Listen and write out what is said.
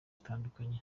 atandukanye